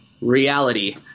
reality